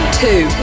two